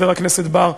חבר הכנסת בר,